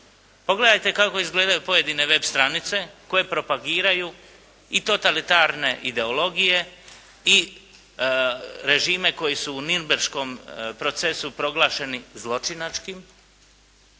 Pogledajte kako izgledaju pojedine web stranice koje propagiraju i totalitarne ideologije i režime koji su u Nirnberškom procesu proglašeni zločinačkim